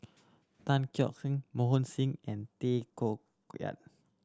Tan Keong Mohan Singh and Tay Koh Yat